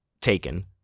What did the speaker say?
taken